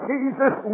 Jesus